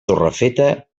torrefeta